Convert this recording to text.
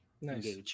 nice